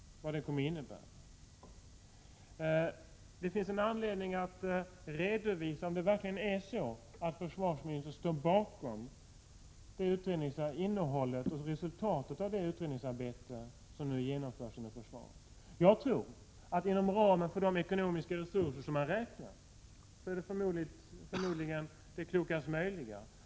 Det finns anledning att redovisa om försvarsministern verkligen står bakom innehållet i och resultatet av det utredningsarbete som nu genomförs inom försvaret. Inom ramen för de ekonomiska resurser som man räknar med är förmodligen det som utredningen föreslår det klokast möjliga.